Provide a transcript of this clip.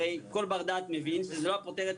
הרי כל בר דעת מבין שזה לא היה פוטר את